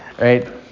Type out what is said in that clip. right